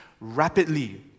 rapidly